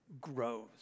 grows